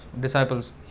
Disciples